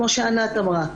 כפי שענת לבנת אמרה,